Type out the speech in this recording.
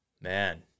man